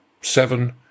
seven